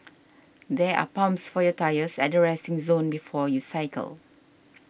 there are pumps for your tyres at the resting zone before you cycle